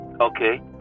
okay